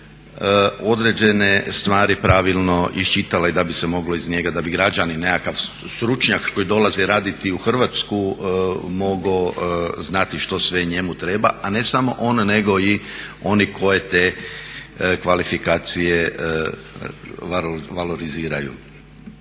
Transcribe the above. se određene stvari pravilno iščitale i da bi se moglo iz njega, da bi građani nekakav stručnjak koji dolazi raditi u Hrvatsku mogao znati što sve njemu treba a ne samo on, nego i oni koji te kvalifikacije valoriziraju.